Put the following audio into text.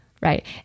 right